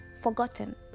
forgotten